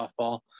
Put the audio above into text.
softball